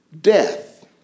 death